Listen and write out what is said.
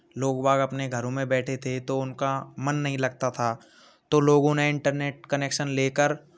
लोग वाग अपने घरों में बैठे थे तो उनका मन नहीं लगता था तो लोगों ने इंटरनेट कनेक्शन लेकर